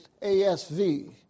ASV